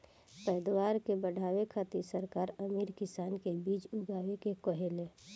पैदावार के बढ़ावे खातिर सरकार अमीर किसान के बीज उगाए के कहेले